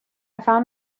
found